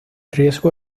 riesgo